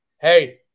hey